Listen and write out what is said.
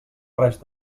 res